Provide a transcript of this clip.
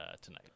tonight